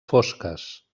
fosques